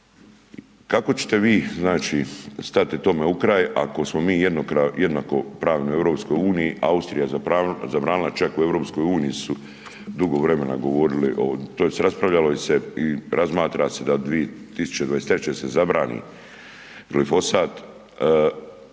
Kako ćete vi stati tome u kraj? Ako smo mi jednakopravni u EU, Austrija je zabranila, čak u EU su dugo vremena govorili tj. raspravljalo je se i razmatra se da 2023. se zabrani glifosat.